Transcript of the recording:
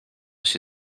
się